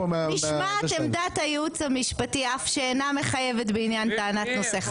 נשמע את עמדת הייעוץ המשפטי אף שאינה מחייבת בעניין טענת נושא חדש.